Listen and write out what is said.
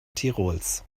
tirols